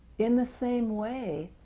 in the same way.